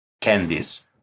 candies